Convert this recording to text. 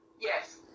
yes